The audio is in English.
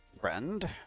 friend